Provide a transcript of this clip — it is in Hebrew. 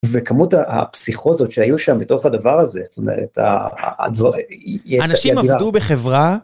וכמות הפסיכוזות שהיו שם בתוך הדבר הזה, זאת אומרת... אנשים עבדו בחברה...